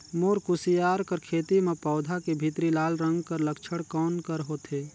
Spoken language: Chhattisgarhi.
मोर कुसियार कर खेती म पौधा के भीतरी लाल रंग कर लक्षण कौन कर होथे?